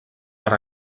per